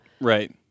Right